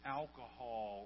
alcohol